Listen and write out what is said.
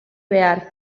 behar